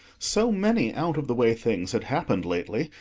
so many out-of-the-way things had happened lately,